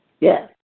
Yes